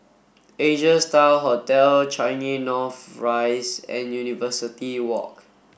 Asia Star Hotel Changi North Rise and University Walk